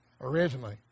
originally